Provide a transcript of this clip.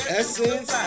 essence